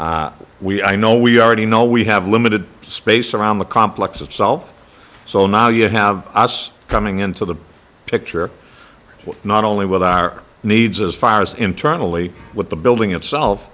on we i know we already know we have limited space around the complex itself so now you have us coming into the picture not only with our needs as far as internally with the building itself